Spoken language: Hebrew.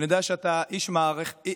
ואני יודע שאתה איש מערכות,